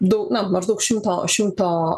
du maždaug šimto šimto